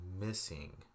missing